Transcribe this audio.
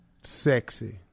sexy